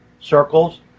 circles